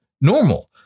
normal